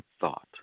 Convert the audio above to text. thought